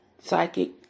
psychic